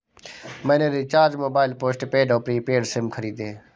मैंने recharge mobile postpaid और prepaid SIM खरीदे